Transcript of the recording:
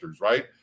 right